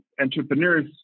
entrepreneurs